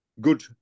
good